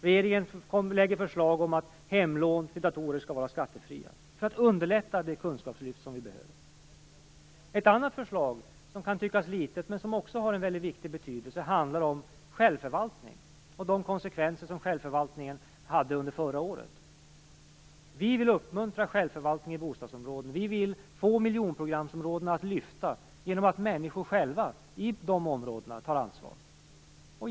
Regeringen lägger fram förslag om att hemlån av datorer skall vara skattefria för att underlätta det kunskapslyft vi behöver. Ett annat förslag, som kan tyckas litet men som också har stor betydelse, handlar om självförvaltning och de konsekvenser som självförvaltningen hade under förra året. Vi vill uppmuntra självförvaltning i bostadsområden. Vi vill få miljonprogramsområdena att lyfta genom att människor själva tar ansvar i de områdena.